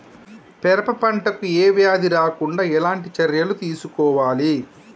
పెరప పంట కు ఏ వ్యాధి రాకుండా ఎలాంటి చర్యలు తీసుకోవాలి?